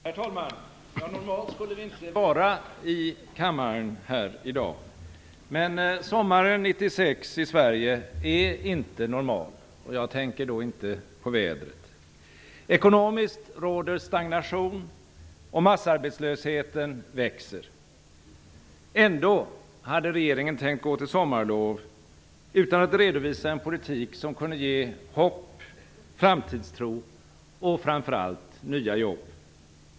Herr talman! Normalt skulle vi inte vara här i kammaren i dag. Men sommaren 1996 i Sverige är inte normal - och jag tänker då inte på vädret. Ekonomiskt råder stagnation, och massarbetslösheten växer. Ändå hade regeringen tänkt gå till sommarlov utan att redovisa en politik som kunde ge hopp, framtidstro och framför allt nya jobb.